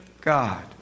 God